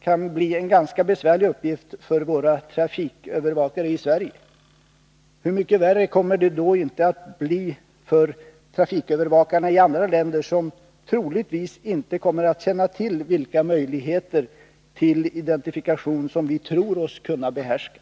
kan bli en ganska besvärlig uppgift för våra trafikövervakare i Sverige. Hur mycket värre kommer det då inte att bli för trafikövervakarna i andra länder, som troligtvis inte känner till vilka möjligheter till identifikation som vi tror oss kunna behärska?